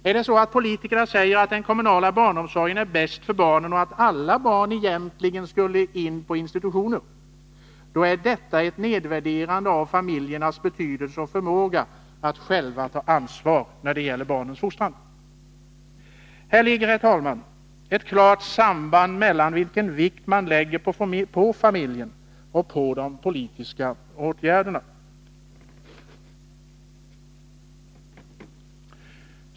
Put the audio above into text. Är det så att politikerna säger att den kommunala barnomsorgen är bäst för barnen och att alla barn egentligen skulle in på institutioner, då är detta ett nedvärderande av familjens betydelse och förmåga att själv ta ansvar när det gäller barnens fostran. Här ligger, herr talman, ett klart samband mellan vilken vikt man lägger vid familjen och vid de politiska åtgärderna.